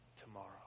Tomorrow